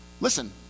listen